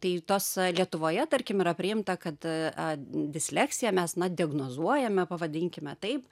tai tos lietuvoje tarkim yra priimta kad disleksiją mes na diagnozuojame pavadinkime taip